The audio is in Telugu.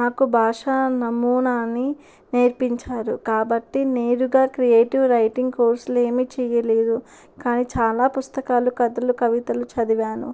నాకు భాష నమూనాన్ని నేర్పించారు కాబట్టి నేరుగా క్రియేటివ్ రైటింగ్ కోర్సులేమీ చెయ్యలేదు కానీ చాలా పుస్తకాలు కథలు కవితలు చదివాను